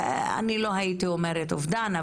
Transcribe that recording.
אני לא הייתי אומרת 'אובדן',